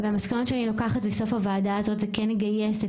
המסקנות שאני לוקחת בסוף הוועדה הזאת זה כן לגייס את